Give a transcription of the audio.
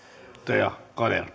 herra